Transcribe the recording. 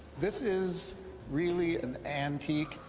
this is really an antique.